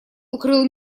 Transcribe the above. укрыл